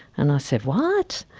and i said, what!